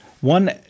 One